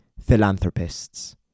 philanthropists